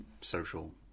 social